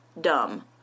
dumb